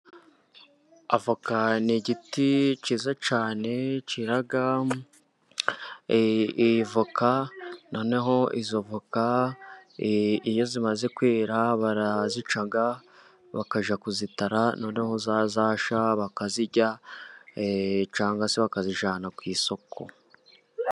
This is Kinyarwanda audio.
Avoka ni igiti cyiza cyane cyera voka, noneho izo voka iyo zimaze kwera barazica bakajya kuzitara, noneho za zashya bakazirya cyangwa se bakazijyana ku isoko.